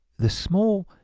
the small